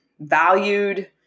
valued